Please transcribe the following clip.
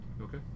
Okay